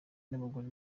b’abagore